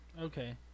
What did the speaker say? Okay